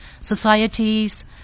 societies